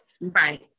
Right